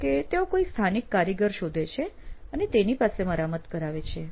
કહો કે તેઓ કોઈ સ્થાનિક કારીગર શોધે છે અને તેની પાસે મરામત કરાવે છે